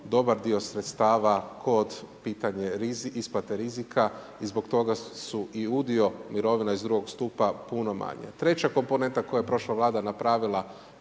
dobar dio sredstava kod pitanja isplate rizika i zbog toga je i udio mirovina iz II. stupa puno manje. Treća komponenta koju je prošla vlada napravila